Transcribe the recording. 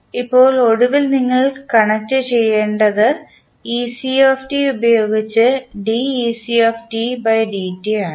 ഇപ്പോൾ ഒടുവിൽ നിങ്ങൾ കണക്റ്റുചെയ്യേണ്ടത് ഉപയോഗിച്ച് ആണ്